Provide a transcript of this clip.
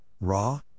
Raw